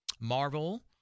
Marvel